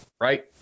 right